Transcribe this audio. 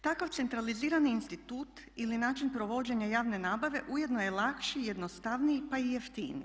Takav centralizirani institut ili način provođenja javne nabave ujedno je lakši i jednostavniji pa i jeftiniji.